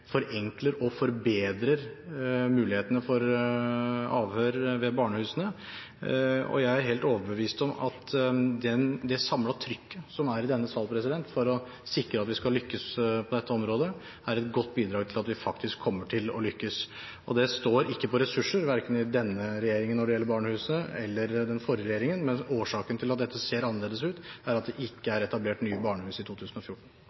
forenkler og forbedrer mulighetene for avhør ved barnehusene. Jeg er helt overbevist om at det samlede trykket i denne sal for å sikre at vi skal lykkes på dette området, er et godt bidrag til at vi faktisk kommer til å lykkes. Det har ikke stått på ressurser – verken i denne regjeringen eller i den forrige regjeringen – når det gjelder barnehusene. Årsaken til at dette ser annerledes ut, er at det ikke er blitt etablert nye barnehus i 2014.